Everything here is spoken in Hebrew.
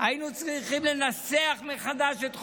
היינו צריכים לנסח מחדש את חוק-יסוד: